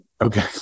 Okay